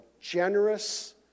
generous